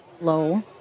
low